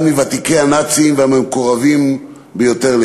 אחד מוותיקי הנאצים והמקורבים אליו ביותר,